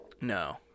No